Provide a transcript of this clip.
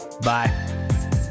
bye